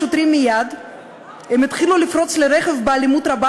מייד הם התחילו לפרוץ לרכב באלימות רבה